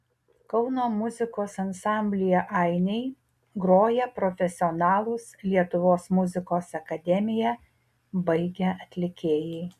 kauno muzikos ansamblyje ainiai groja profesionalūs lietuvos muzikos akademiją baigę atlikėjai